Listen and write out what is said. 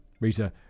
Rita